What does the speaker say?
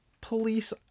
police